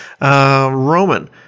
Roman